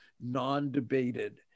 non-debated